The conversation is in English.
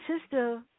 sister